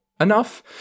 enough